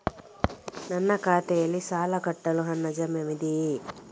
ನನ್ನ ಖಾತೆಯಲ್ಲಿ ಸಾಲ ಕಟ್ಟಲು ಹಣ ಜಮಾ ಇದೆಯೇ?